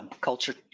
culture